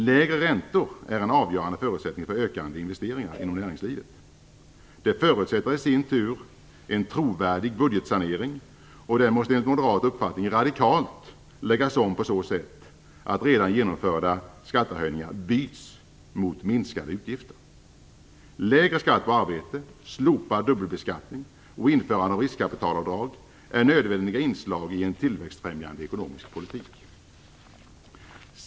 Lägre räntor är en avgörande förutsättning för ökande investeringar inom näringslivet. Det förutsätter i sin tur en trovärdig budgetsanering, och den måste enligt moderat uppfattning radikalt läggas om på så sätt att redan genomförda skattehöjningar byts mot minskade utgifter. Lägre skatt på arbete, slopad dubbelbeskattning och införande av riskkapitalavdrag är nödvändiga inslag i en tillväxtfrämjande ekonomisk politik.